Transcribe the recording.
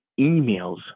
emails